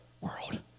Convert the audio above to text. world